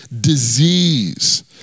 disease